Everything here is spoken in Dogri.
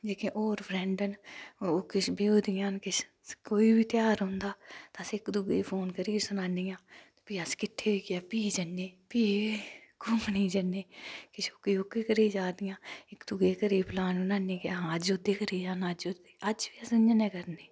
जेह्के होर फ्रैंड न ओह् किश ब्योही दियां न किश बी दिन तेहार होंदा ते अस इक दूऐ गी फोन करियै सनानियां फ्ही अस किट्ठे होइयै फ्ही जन्ने फ्ही घूमने गी जन्ने किश ओह्के घरे गी जा दियां हां ज्योती अज्ज घरै गी जाना ते अस इ'यां गै करने